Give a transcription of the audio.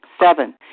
Seven